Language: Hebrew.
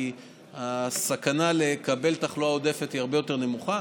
כי הסכנה לקבל תחלואה עודפת היא הרבה יותר נמוכה.